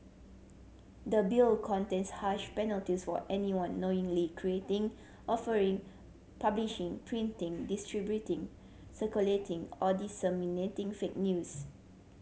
the Bill contains harsh penalties for anyone knowingly creating offering publishing printing distributing circulating or disseminating fake news